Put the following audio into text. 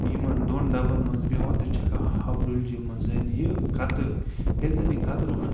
یِمن دۄن ڈَبَن منٛز بیٚہوان تہٕ چھَکان ہَبہٕ ڈُلِجہِ منٛز یہِ کَتٕر ییٚلہِ زن یہِ کَتٕر اوس